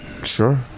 Sure